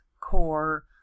core